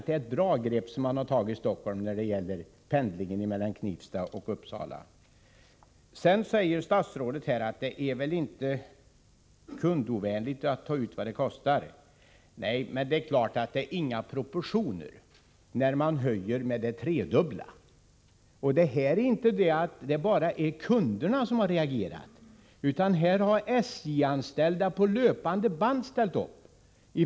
Det är ett bra grepp som har tagits i Stockholm när det gäller pendlingen mellan Knivsta och Uppsala. Statsrådet säger att det inte är kundovänligt att ta betalt för en kostnad. Nej, det är det inte, men det är ju inga proportioner när det görs en höjning med det tredubbla. Det är inte bara kunderna som har reagerat, utan SJ-anställda har ställt upp på löpande band.